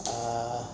ah